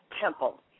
Temple